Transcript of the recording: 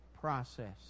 process